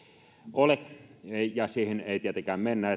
ole ja siihen ei tietenkään mennä